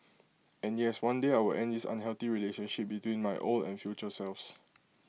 and yes one day I will end this unhealthy relationship between my old and future selves